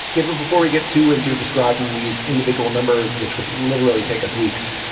keep it before we get too into describing these individual numbers, which would literally take us weeks.